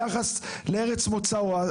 ביחס לארץ מוצאו,